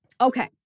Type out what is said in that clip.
Okay